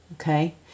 Okay